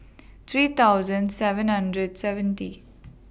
three thousand seven hundred seventy